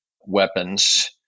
weapons